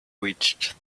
reached